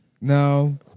No